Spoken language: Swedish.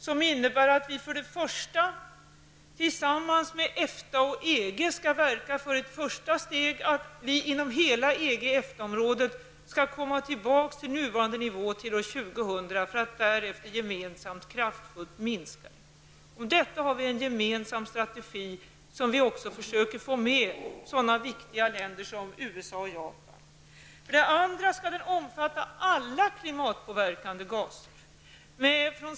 Det innebär för det första att vi tillsammans med EFTA och EG skall verka för ett första steg som går ut på att vi inom hela EG och EFTA området skall komma tillbaka till nuvarande nivå år 2000 för att därefter gemensamt kraftigt minska utsläppen. För detta har vi alltså en gemensam strategi som vi också försöker få med så viktiga länder som USA och Japan på. För det andra skall målet omfatta alla klimatpåverkande gaser.